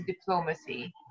diplomacy